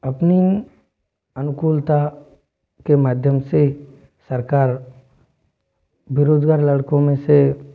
अपनी अनुकूलता के माध्यम से सरकार बेरोज़गार लड़कों में से